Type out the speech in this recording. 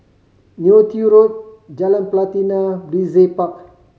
Neo Tiew Road Jalan Pelatina Brizay Park